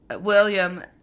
William